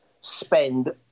spend